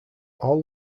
all